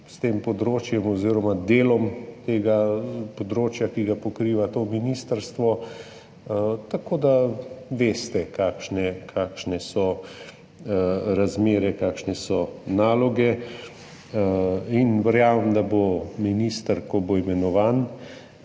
s tem področjem oziroma delom tega področja, ki ga pokriva to ministrstvo, tako da veste, kakšne so razmere, kakšne so naloge. Verjamem, da bo minister, ko bo imenovan,